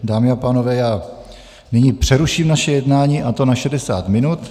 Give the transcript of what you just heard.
Dámy a pánové, já nyní přeruším naše jednání, a to na 60 minut.